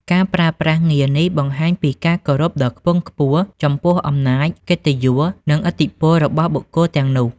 ការប្រើប្រាស់ងារនេះបង្ហាញពីការគោរពដ៏ខ្ពង់ខ្ពស់ចំពោះអំណាច កិត្តិយស និងឥទ្ធិពលរបស់បុគ្គលទាំងនោះ។